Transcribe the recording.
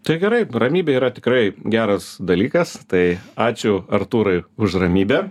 tai gerai ramybė yra tikrai geras dalykas tai ačiū artūrai už ramybę